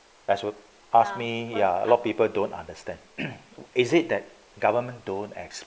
as well ask me a lot of people don't understand who is it that government don't ex~